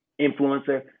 influencer